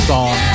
Song